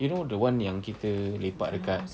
you know the [one] yang kita lepak dekat